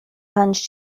plunge